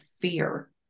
fear